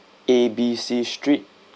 A B C street